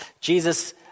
Jesus